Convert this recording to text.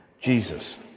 Jesus